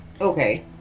Okay